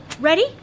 Ready